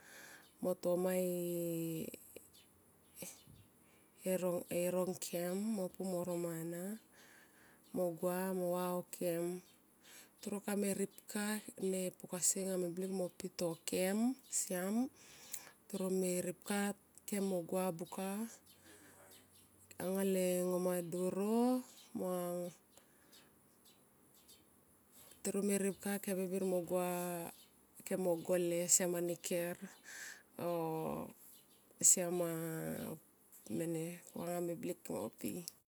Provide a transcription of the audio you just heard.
Mo to mae e rongkem mo puro mana mo gua mo va okem toro anga pukasi mo pi to kem siam. Toro me ripka kem mo gua buka anga le ngoma doro mo. Toro me ripka kem birbir mo gua kem mo gole, siam mane ker o siam ma mene anga mo blik mo pi.